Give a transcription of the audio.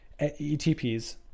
ETPs